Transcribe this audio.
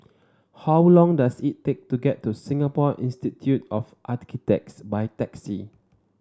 how long does it take to get to Singapore Institute of Architects by taxi